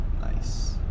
Nice